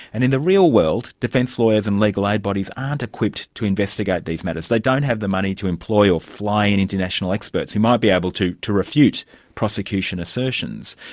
and in the real world, defence lawyers and legal aid bodies aren't equipped to investigate these matters. they don't have the money to employ or fly in international experts who might be able to to refute prosecution assertions.